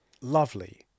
lovely